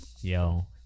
yo